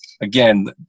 again